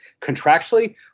contractually